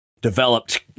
Developed